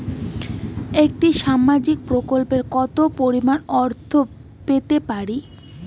একটি সামাজিক প্রকল্পে কতো পরিমাণ অর্থ পেতে পারি?